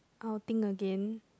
or I'll think again